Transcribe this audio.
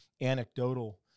anecdotal